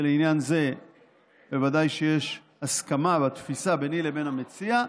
ולעניין זה בוודאי שיש הסכמה בתפיסה ביני לבין המציע,